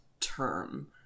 term